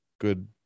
good